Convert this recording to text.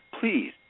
please